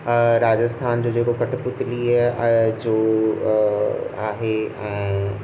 राजस्थान जो जेको कटपुतलीअ जो आहे ऐं